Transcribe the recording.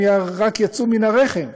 הם רק יצאו מן הרחם,